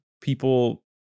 people